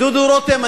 דודו רותם,